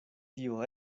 tio